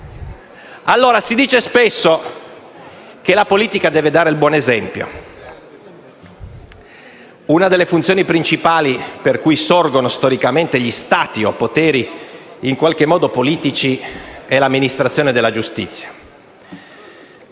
assoluto! Si dice spesso che la politica deve dare il buon esempio. Una delle funzioni principali per cui sorgono storicamente gli Stati o poteri in qualche modo politici è l'amministrazione della giustizia,